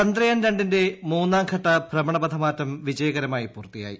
ചന്ദ്രയാൻ രണ്ടിന്റെ മൂന്നാംഘട്ട ഭ്രമണപഥ മാറ്റം വിജയകരമായി പൂർത്തിയായി